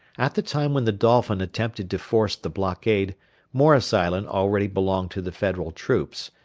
at the time when the dolphin attempted to force the blockade morris island already belonged to the federal troops,